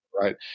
right